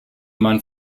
man